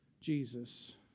Jesus